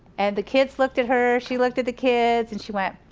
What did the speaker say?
and the kids looked at her, she looked at the kids and she went,